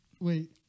Wait